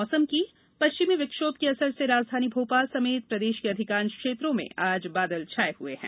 मौसम पश्चिमी विक्षोभ के असर से राजधानी भोपाल समेत प्रदेश के अधिकांश क्षेत्रों में आज बादल छाये हुए हैं